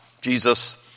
Jesus